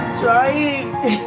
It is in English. trying